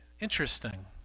Interesting